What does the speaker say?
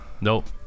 Nope